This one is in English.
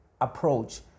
approach